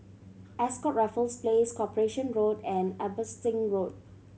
Ascott Raffles Place Corporation Road and Abbotsingh Road